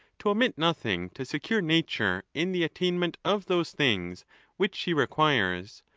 to omit nothing to secure nature in the attainment of those things which she requires,